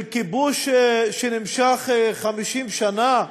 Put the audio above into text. של כיבוש שנמשך 50 שנה?